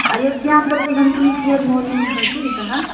अयोध्यां प्रति गन्तुं कियद् मूल्यं भवति इतः